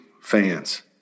fans